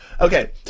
okay